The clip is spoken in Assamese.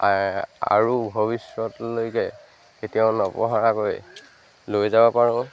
আৰু ভৱিষ্যতলৈকে কেতিয়াও নপহৰাকৈ লৈ যাব পাৰোঁ